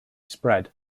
spread